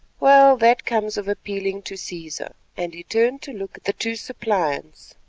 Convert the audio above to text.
well, that comes of appealing to caesar, and he turned to look at the two suppliants.